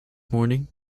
morning